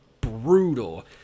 brutal